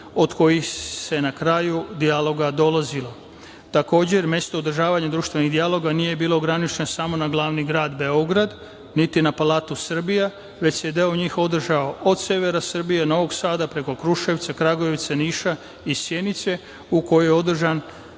do kojih se na kraju dijaloga dolazilo. Takođe, mesto održavanja društvenih dijaloga nije bilo ograničeno samo na glavni grad Beograd, niti na Palatu Srbija, već se deo njih održao od severa Srbije, Novog Sada, preko Kruševca, Kragujevca, Niša i Sjenice, u kojoj je održan,